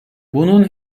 bunun